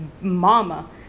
mama